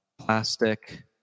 Plastic